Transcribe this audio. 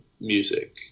music